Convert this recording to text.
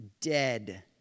Dead